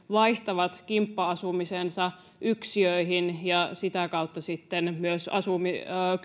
vaihtavat kimppa asumisensa yksiöihin ja sitä kautta sitten myös